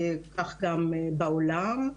כך גם בעולם,